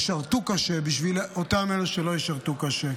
ישרתו קשה בשביל אותם אלה שלא ישרתו קשה.